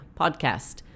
Podcast